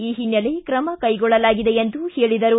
ಈ ಹಿನ್ನೆಲೆ ಕ್ರಮ ಕೈಗೊಳ್ಳಲಾಗಿದೆ ಎಂದು ಹೇಳಿದರು